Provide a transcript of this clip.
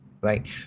right